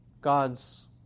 God's